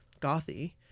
gothy